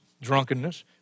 drunkenness